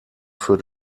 für